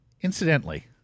Incidentally